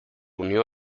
unió